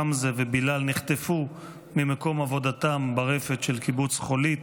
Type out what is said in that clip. חמזה ובילאל נחטפו ממקום עבודתם ברפת של קיבוץ חולית,